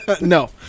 No